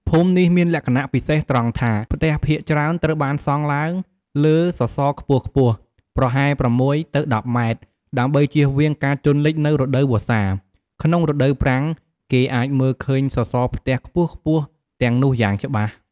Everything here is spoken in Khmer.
ភូមិនេះមានលក្ខណៈពិសេសត្រង់ថា ផ្ទះភាគច្រើនត្រូវបានសង់ឡើងលើសសរខ្ពស់ៗ ប្រហែល ៦ ទៅ ១០ ម៉ែត្រ ដើម្បីជៀសវាងការជន់លិចនៅរដូវវស្សា។ ក្នុងរដូវប្រាំង គេអាចមើលឃើញសសរផ្ទះខ្ពស់ៗទាំងនោះយ៉ាងច្បាស់។